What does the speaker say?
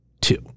two